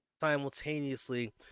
simultaneously